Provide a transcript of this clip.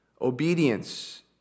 Obedience